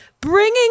Bringing